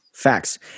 facts